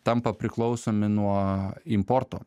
tampa priklausomi nuo importo